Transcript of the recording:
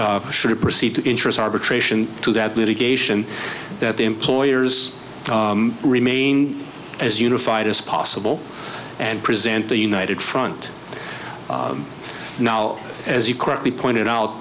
should proceed to interest arbitration to that litigation that the employers remain as unified as possible and present a united front now as you correctly pointed out